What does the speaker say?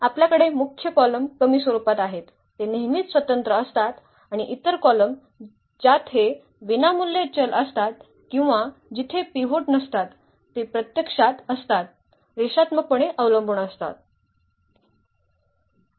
आपल्याकडे मुख्य कॉलम कमी स्वरूपात आहेत ते नेहमीच स्वतंत्र असतात आणि इतर कॉलम ज्यात हे विनामूल्य चल असतात किंवा जिथे पिव्होट नसतात ते प्रत्यक्षात असतात रेषात्मकपणे अवलंबून असतात